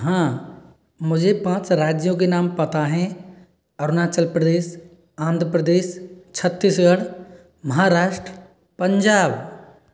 हाँ मुझे पाँच राज्यों के नाम पता हैं अरुणाचल प्रदेश आन्ध्र प्रदेश छत्तीसगढ़ महाराष्ट्र पंजाब